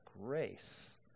grace